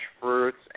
fruits